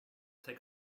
take